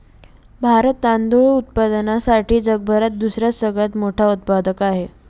भारतात तांदूळ उत्पादनासाठी जगभरात दुसरा सगळ्यात मोठा उत्पादक आहे